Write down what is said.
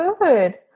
good